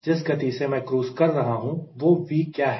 जिस गति से मैं क्रूज़ कर रहा हूं वह V क्या है